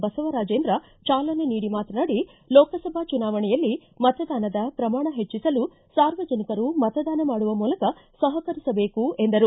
ಬಸವರಾಜೇಂದ್ರ ಚಾಲನೆ ನೀಡಿ ಮಾತನಾಡಿ ಲೊಕಸಭಾ ಚುನಾವಣೆಯಲ್ಲಿ ಮತದಾನದ ಪ್ರಮಾಣ ಹೆಚ್ಚಿಸಲು ಸಾರ್ವಜನಿಕರು ಮತದಾನ ಮಾಡುವ ಮೂಲಕ ಸಹಕರಿಸಬೇಕು ಎಂದರು